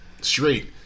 straight